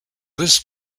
this